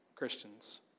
Christians